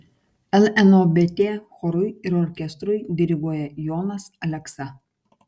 lnobt chorui ir orkestrui diriguoja jonas aleksa